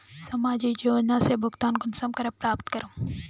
सामाजिक योजना से भुगतान कुंसम करे प्राप्त करूम?